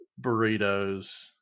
burritos